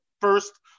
first